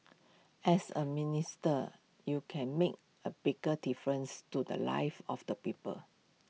as A minister you can make A bigger difference to the lives of the people